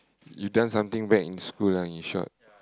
you've done something bad in school lah in short